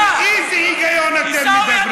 על איזה היגיון אתם מדברים?